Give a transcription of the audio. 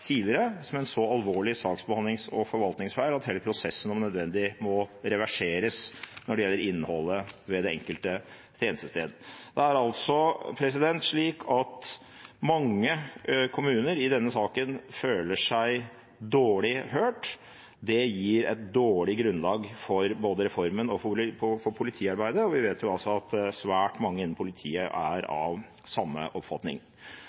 tidligere, som en så alvorlig saksbehandlings- og forvaltningsfeil at hele prosessen om nødvendig må reverseres, når det gjelder innholdet ved det enkelte tjenestested. Det er altså slik at mange kommuner i denne saken føler seg dårlig hørt. Det gir et dårlig grunnlag både for reformen og for politiarbeidet, og vi vet jo at svært mange innen politiet er av samme oppfatning.